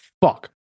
fuck